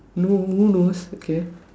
no who knows okay